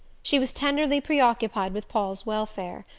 she was tenderly preoccupied with paul's welfare,